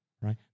right